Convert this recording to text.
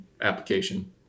application